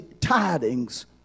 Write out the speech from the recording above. tidings